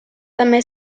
també